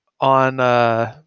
on